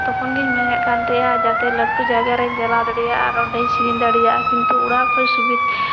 ᱛᱚᱠᱷᱚᱱ ᱜᱤᱧ ᱢᱮᱱᱮᱫ ᱛᱟᱸᱦᱮᱱᱟ ᱡᱟᱛᱮ ᱞᱟᱹᱴᱩ ᱡᱟᱭᱜᱟᱨᱤᱧ ᱪᱟᱞᱟᱣ ᱫᱟᱲᱮᱭᱟᱜ ᱟᱨ ᱚᱸᱰᱮᱧ ᱥᱮᱨᱮᱧ ᱫᱟᱲᱮᱭᱟᱜ ᱠᱤᱱᱛᱩ ᱚᱲᱟᱜ ᱠᱷᱚᱡ ᱥᱩᱵᱤᱫᱷᱟ